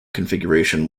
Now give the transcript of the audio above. configuration